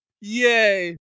Yay